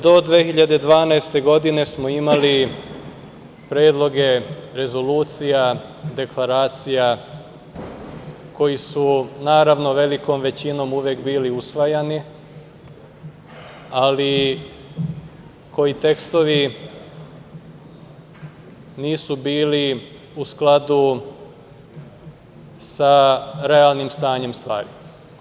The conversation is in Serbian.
Do 2012. godine smo imali predloge rezolucija, deklaracija koji su naravno velikom većinom uvek bili usvajani, ali koji tekstovi nisu bili u skladu sa realnim stanjem stvari.